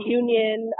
union